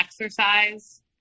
exercise